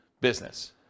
business